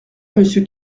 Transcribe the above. monsieur